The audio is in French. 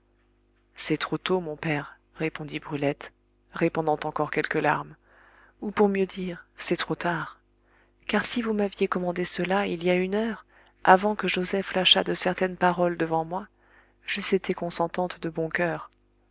c'est trop tôt mon père répondit brulette répandant encore quelques larmes ou pour mieux dire c'est trop tard car si vous m'aviez commandé cela il y a une heure avant que joseph lâchât de certaines paroles devant moi j'eusse été consentante de bon coeur